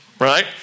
right